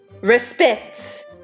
respect